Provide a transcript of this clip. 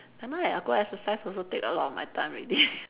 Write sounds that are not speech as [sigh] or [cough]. never mind I go exercise also take a lot of my time already [laughs]